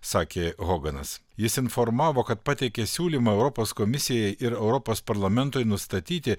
sakė hoganas jis informavo kad pateikė siūlymą europos komisijai ir europos parlamentui nustatyti